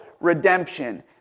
redemption